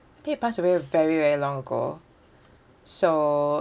I think he passed away very very long ago so